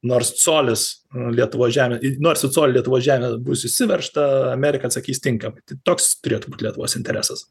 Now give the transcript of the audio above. nors colis lietuvos žemė nors į colį lietuvos žemė bus išsiveržta amerika atsakys tinkamai tai toks turėtų būt lietuvos interesas